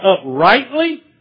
uprightly